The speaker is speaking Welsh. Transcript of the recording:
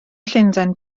llundain